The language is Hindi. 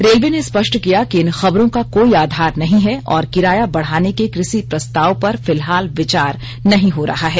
रेलवे ने स्पष्ट किया कि इन खबरों का कोई आधार नहीं है और किराया बढ़ाने के किसी प्रस्ताव पर फिलहाल विचार नहीं हो रहा है